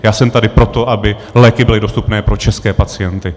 Já jsem tady proto, aby léky byly dostupné pro české pacienty.